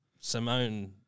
Simone